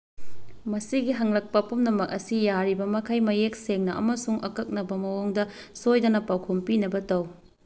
ꯃꯁꯤꯒꯤ ꯍꯪꯂꯛꯄ ꯄꯨꯝꯅꯃꯛ ꯑꯁꯤ ꯌꯥꯔꯤꯕ ꯃꯈꯩ ꯃꯌꯦꯛ ꯁꯦꯡꯅ ꯑꯃꯁꯨꯡ ꯑꯀꯛꯅꯕ ꯃꯑꯣꯡꯗ ꯁꯣꯏꯗꯅ ꯄꯥꯎꯈꯨꯝ ꯄꯤꯅꯕ ꯇꯧ